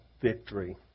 victory